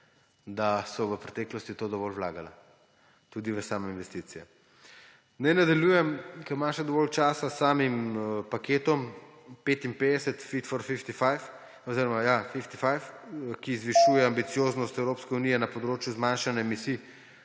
da so v preteklosti v to dovolj vlagala. Tudi v same investicije. Naj nadaljujem, ker imam še dovolj časa, s samim paketom 55, »fit for 55« oziroma ja, 55, ki zvišuje ambicioznost Evropske unije na področju zmanjšanja emisij